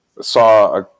saw